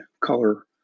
color